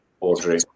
Audrey